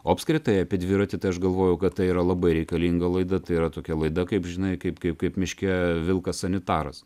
o apskritai apie dviratį tai aš galvoju kad tai yra labai reikalinga laida tai yra tokia laida kaip žinai kaip kai kaip miške vilkas sanitaras